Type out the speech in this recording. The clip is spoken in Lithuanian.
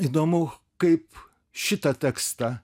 įdomu kaip šitą tekstą